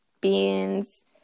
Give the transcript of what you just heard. beans